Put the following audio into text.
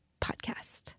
podcast